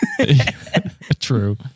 true